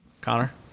Connor